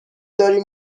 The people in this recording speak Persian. داریم